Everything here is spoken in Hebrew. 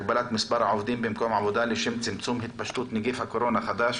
הגבלת מספר העובדים במקום עבודה לשם צמצום התפשטות נגיף הקורונה החדש),